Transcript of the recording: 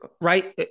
right